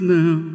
now